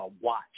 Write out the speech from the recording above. Watch